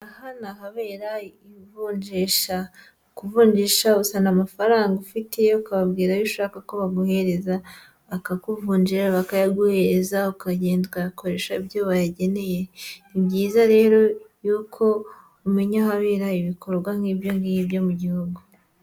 Aha ni ahabera ivunjisha kuvunjisha uzana amafaranga ufitiye ukabwirayo ayo ushaka ko baguhereza, bakakuvunjira bakayaguhereza, ukagenda ukayakoresha ibyo wayageneye, ni byiza rero yuko umenya ahabera ibikorwa nk'ibyo ngibyo mu gihugu.